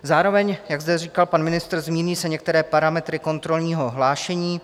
Zároveň, jak zde říkal pan ministr, se změní některé parametry kontrolního hlášení.